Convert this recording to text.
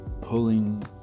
pulling